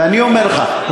ואני אומר לך,